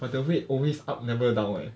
but the weight always up never down leh